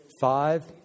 five